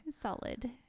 Solid